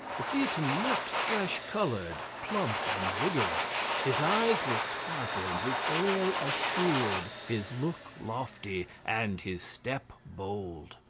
the theatin looked fresh coloured, plump, and vigorous his eyes were sparkling, his air assured, his look lofty, and his step bold.